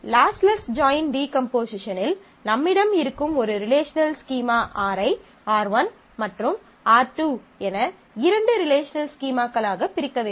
lossless join டீகம்போசிஷனில் நம்மிடம் இருக்கும் ஒரு ரிலேஷனல் ஸ்கீமா R ஐ R1 மற்றும் R2 என இரண்டு ரிலேஷனல் ஸ்கீமாக்களாகப் பிரிக்க வேண்டும்